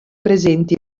presenti